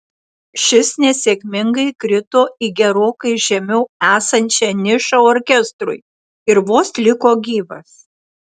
šis nesėkmingai krito į gerokai žemiau esančią nišą orkestrui ir vos liko gyvas